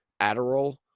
Adderall